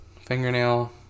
Fingernail